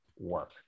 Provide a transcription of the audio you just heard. work